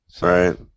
Right